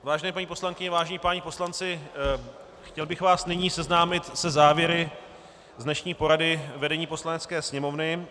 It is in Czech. Vážené paní poslankyně, vážení páni poslanci, chtěl bych vás nyní seznámit se závěry z dnešní porady vedení Poslanecké sněmovny.